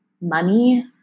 money